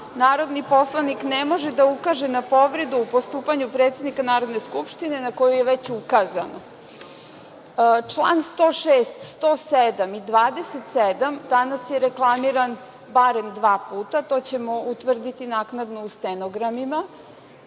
narodni poslanik ne može da ukaže na povredu u postupanju predsednika Narodne skupštine na koju je već ukazano. Član 106, 107, i 27. danas je reklamiran barem dva puta. To ćemo utvrditi naknadno u stenogramima.